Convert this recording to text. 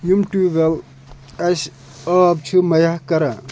یِم ٹیوٗب وٮ۪ل اَسہِ آب چھِ مہیا کَران